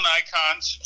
Nikons